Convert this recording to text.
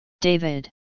David